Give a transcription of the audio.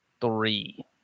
three